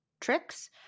tricks